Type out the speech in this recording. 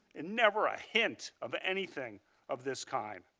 and never a hint of anything of this kind.